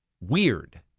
weird